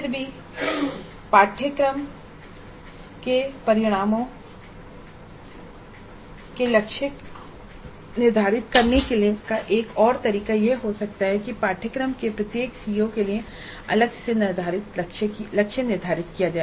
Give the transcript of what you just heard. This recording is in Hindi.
फिर भी पाठ्यक्रम के परिणामों के लिए लक्ष्य निर्धारित करने का एक और तरीका यह हो सकता है कि पाठ्यक्रम के प्रत्येक सीओ के लिए अलग से लक्ष्य निर्धारित किए जाएं